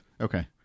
Okay